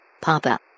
Papa